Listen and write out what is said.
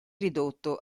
ridotto